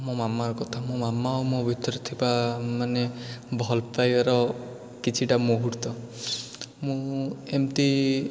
ମୋ ମାମାଙ୍କ କଥା ମୋ ମାମା ଆଉ ମୋ ଭିତରେ ଥିବା ମାନେ ଭଲ ପାଇବାର କିଛିଟା ମୁହୂର୍ତ୍ତ ମୁଁ ଏମିତି